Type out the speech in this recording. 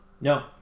No